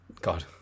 God